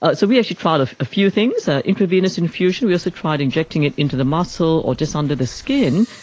ah so we actually trialled a few things, an ah intravenous infusion, we also tried injecting it into the muscle or just under the skin,